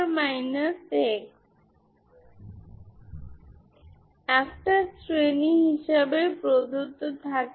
সমস্ত বিচ্ছিন্ন ফ্রিকোয়েন্সি একত্রিত করুন আপনি আপনার ফোরিয়ার সিরিজ ফিরে পেতে পারেন